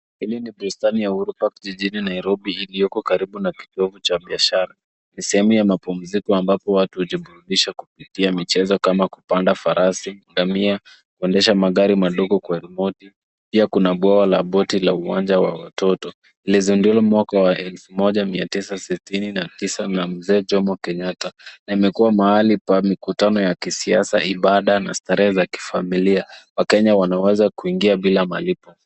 Hili ni bustani la Uhuru park jijini Nairobi iliyoko karibu na kitovu cha biashara. Ni sehemu ya mapumziko ambapo watu hujiburudisha kupitia michezo kama kupanda farasi, ngamia, kuendesha magari madogo kwa rimoti. Pia kuna bwawa la boti la uwanja wa watoto. Lilizinduliwa mwaka wa elfu moja mia tisa tisini na tisa na mzee jomo kenyatta, na imeekuwa mahali pa mikutano ya kisiasa, ibada na starehe za kifamilia. Wakenya wanaweza kuingia bila malipo.